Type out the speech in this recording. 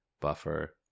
buffer